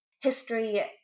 history